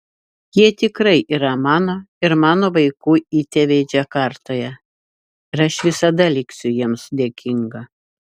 jie tikrai yra mano ir mano vaikų įtėviai džakartoje ir aš visada liksiu jiems dėkinga